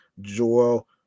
Joel